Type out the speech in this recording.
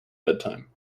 bedtime